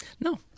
No